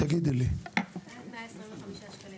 עד 125 שקלים.